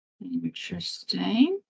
Interesting